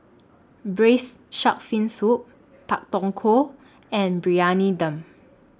Raised Shark Fin Soup Pak Thong Ko and Briyani Dum